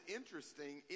interesting